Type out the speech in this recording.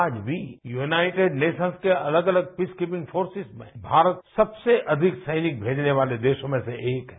आज भी United Nations की अलग अलग पीस कीपिंग फोर्सेज में भारत सबसे अधिक सैनिक भेजने वाले देशों में से एक है